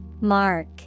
Mark